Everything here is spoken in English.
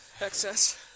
Excess